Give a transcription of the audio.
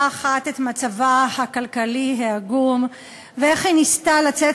אחת את מצבה הכלכלי העגום ואיך היא ניסתה לצאת